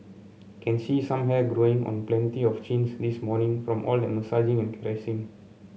can see some hair growing on plenty of chins this morning from all that massaging and caressing